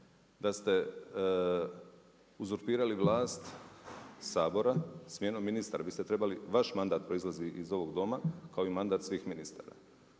da ste uzurpirali vlast Sabora smjenom ministara. Vi ste trebali vaš mandat proizlazi iz ovog Doma kao i mandat svih ministara.